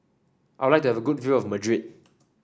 I would like to have a good view of Madrid